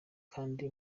kandi